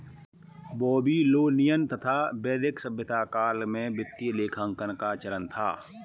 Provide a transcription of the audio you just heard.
Babylonian तथा वैदिक सभ्यता काल में वित्तीय लेखांकन का चलन था